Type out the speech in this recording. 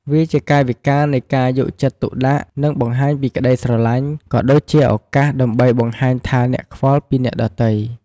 វាជាកាយវិការនៃការយកចិត្តទុកដាក់ និងបង្ហាញពីក្ដីស្រលាញ់ ក៏ដូចជាឱកាសដើម្បីបង្ហាញថាអ្នកខ្វល់ពីអ្នកដទៃ។